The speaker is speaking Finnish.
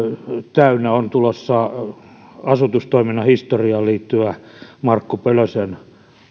täynnä on tulossa asutustoiminnan historiaan liittyvä markku pölösen